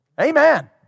Amen